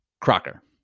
Crocker